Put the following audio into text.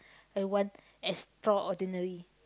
I want extraordinary